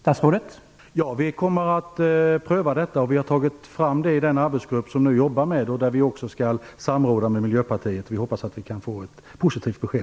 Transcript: Herr talman! Vi kommer att pröva detta. Detta har tagits fram i den arbetsgrupp som nu jobbar med denna fråga. Där skall vi samråda med Miljöpartiet. Vi hoppas på ett positivt besked.